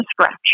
scratch